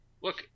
Look